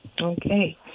Okay